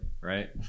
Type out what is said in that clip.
right